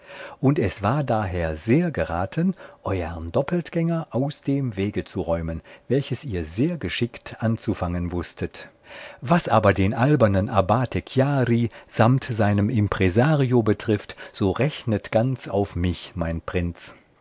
und es war daher sehr geraten euern doppeltgänger aus dem wege zu räumen welches ihr sehr geschickt anzufangen wußtet was den albernen abbate chiari samt seinem impresario betrifft so rechnet ganz auf mich mein prinz